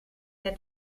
der